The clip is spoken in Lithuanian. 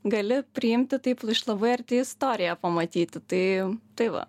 gali priimti taip iš labai arti istoriją pamatyti tai tai va